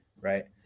Right